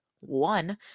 One